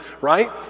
right